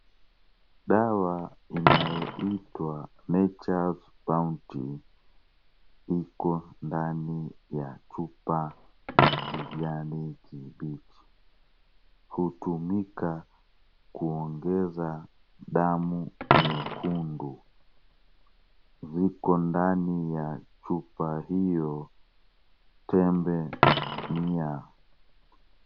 Dawa inayoitwa natures bounty iko ndani ya chupa ya kijani kibichi. Hutumika kuongeza damu nyekundu. Ziko ndani ya chupa hiyo tembe mia.